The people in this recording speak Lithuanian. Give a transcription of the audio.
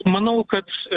manau kad